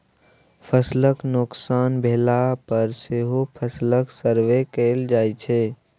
फसलक नोकसान भेला पर सेहो फसलक सर्वे कएल जाइ छै